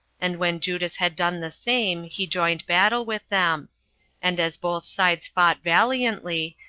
and when judas had done the same, he joined battle with them and as both sides fought valiantly,